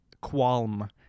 qualm